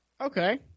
Okay